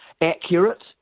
Accurate